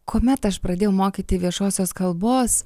kuomet aš pradėjau mokyti viešosios kalbos